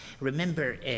Remember